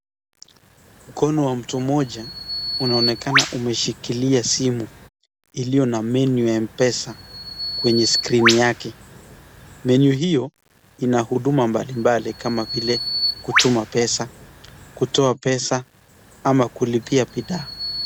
Mkono wa mtu mmoja unaonekana umeshikilia simu iliyo na menu ya M-pesa kwenye screen yake. Menu hiyo ina huduma mbalimbali kama vile kutuma pesa, kutoa pesa ama kulipia bidhaa.